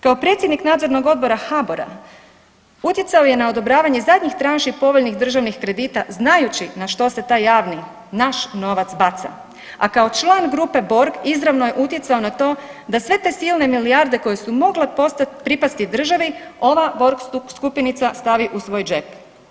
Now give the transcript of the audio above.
Kao predsjednik Nadzornog odbora HBOR-a utjecao je na odobravanje zadnjih tranši povoljnih državnih kredita znajući na što se taj javni naš novac baca, a kao član grupe Borg izravno je utjecao na to da sve te silne milijarde koje su mogle pripasti državi, ova Borg skupinica stavi u svoj džep.